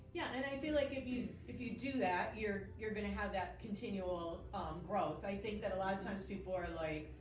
yeah, and i feel like if you if you do that you're you're gonna have that continual growth. i think that a lot of times people are like,